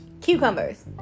Cucumbers